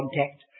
contact